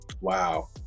wow